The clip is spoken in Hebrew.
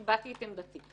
הבעתי את עמדתי,